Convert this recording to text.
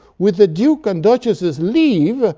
with the duke and duchess's leave,